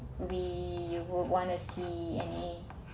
we you would wanna see any